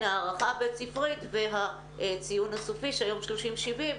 הערכה בית-ספרית והציון הסופי שהיום הוא 30:70,